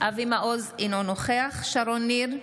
אינו נוכח שרון ניר,